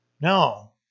No